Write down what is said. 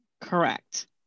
Correct